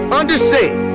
understand